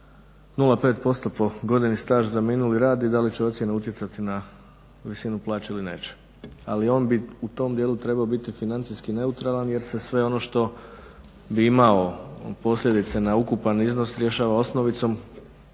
0,5% po godini staža za minuli rad i da li će ocjena utjecati na visinu plaće ili neće. Ali on bi u tom dijelu trebao biti financijski neutralan jer se sve ono što bi imalo posljedice na ukupan iznos rješava osnovicom,